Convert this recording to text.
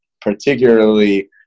particularly